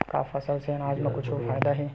का फसल से आनाज मा कुछु फ़ायदा हे?